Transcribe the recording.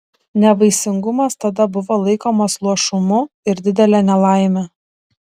nevaisingumas tada buvo laikomas luošumu ir didele nelaime